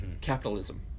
Capitalism